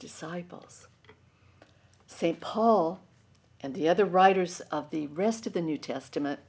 disciples st paul and the other writers of the rest of the new testament